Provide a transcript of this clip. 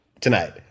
tonight